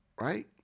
right